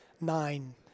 nine